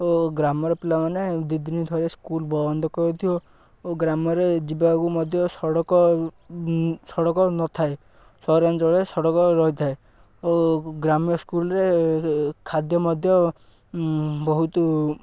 ଓ ଗ୍ରାମର ପିଲାମାନେ ଦି ଦିନିଥରେ ସ୍କୁଲ ବନ୍ଦ କରିଥିବେ ଓ ଗ୍ରାମରେ ଯିବାକୁ ମଧ୍ୟ ସଡ଼କ ସଡ଼କ ନଥାଏ ସହରାଞ୍ଚଳରେ ସଡ଼କ ରହିଥାଏ ଓ ଗ୍ରାମ୍ୟ ସ୍କୁଲରେ ଖାଦ୍ୟ ମଧ୍ୟ ବହୁତ